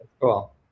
Cool